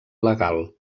legal